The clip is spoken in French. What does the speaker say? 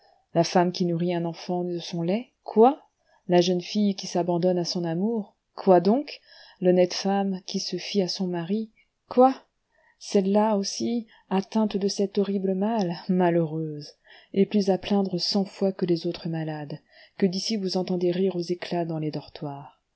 la femme qui nourrit un enfant de son lait quoi la jeune fille qui s'abandonne à son amour quoi donc l'honnête femme qui se fie à son mari quoi celles-là aussi atteintes de cet horrible mal malheureuses et plus à plaindre cent fois que les autres malades que d'ici vous entendez rire aux éclats dans les dortoirs